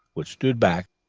which stood back,